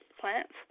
plants